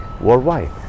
worldwide